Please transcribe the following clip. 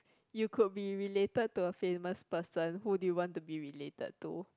you could be related to a famous person who do you want to be related to